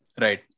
Right